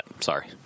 Sorry